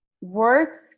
work